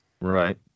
Right